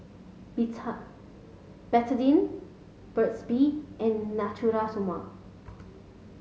Betadine Burt's bee and Natura Stoma